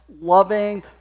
loving